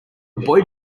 boy